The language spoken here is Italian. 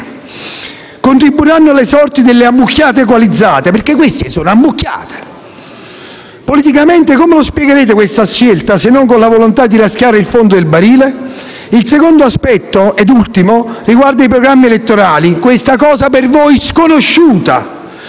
contribuiranno alle sorti delle ammucchiate coalizzate, perché queste sono: ammucchiate. Politicamente come spiegherete questa scelta, se non con la volontà di raschiare il fondo del barile? Il secondo e ultimo aspetto riguarda i programmi elettorali, questa cosa per voi sconosciuta.